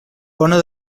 bona